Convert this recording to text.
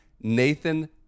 Nathan